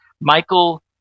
Michael